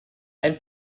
ein